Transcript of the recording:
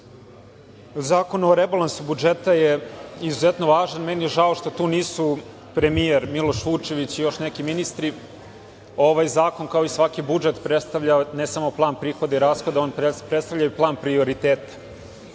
Zakon o rebalansu budžeta je izuzetno važan i meni je žao što tu nisu premijer Miloš Vučević i još neki ministri, ovaj zakon kao i svaki budžet predstavlja ne samo plan prihoda i rashoda, on predstavlja i plan prioriteta,